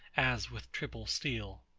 as with triple steel.